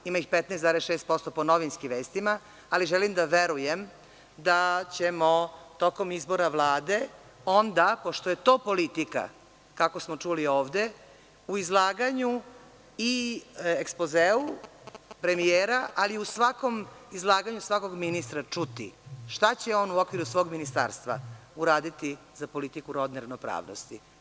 Ima 15,6% po novinskim vestima, ali želim da verujem da ćemo tokom izbora Vlade, onda pošto je to politika, kako smo čuli ovde, u izlaganju i ekspozeu premijera, ali i u svakom izlaganju ministra čuti šta će on u okviru svog ministarstva uraditi za politiku rodne ravnopravnosti.